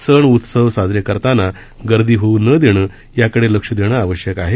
सण उत्सव साजरे करताना गर्दी होऊ न देणं याकडे लक्ष देणं आवश्यक आहे